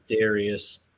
Darius